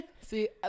see